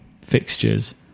fixtures